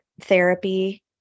therapy